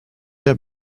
der